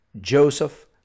Joseph